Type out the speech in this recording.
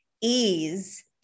Ease